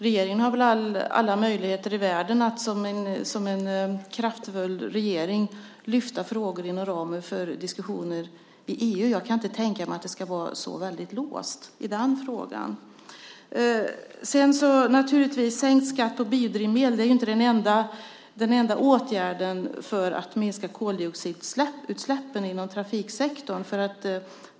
Regeringen har väl alla möjligheter i världen att som en kraftfull regering lyfta fram frågor inom ramen för diskussioner i EU. Jag kan inte tänka mig att det ska vara så låst i den frågan. Naturligtvis är sänkt skatt på biodrivmedel inte den enda åtgärden för att minska koldioxidutsläppen inom trafiksektorn.